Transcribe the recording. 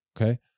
Okay